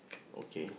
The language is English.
okay